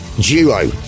duo